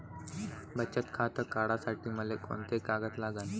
बचत खातं काढासाठी मले कोंते कागद लागन?